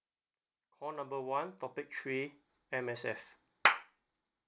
call number one topic three M_S_F